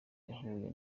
yahuye